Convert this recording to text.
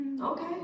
Okay